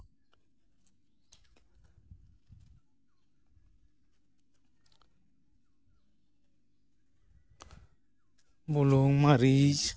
ᱵᱩᱞᱩᱝ ᱢᱟᱨᱤᱪ